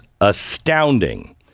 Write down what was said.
astounding